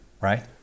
right